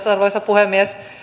arvoisa puhemies